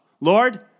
Lord